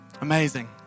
Amazing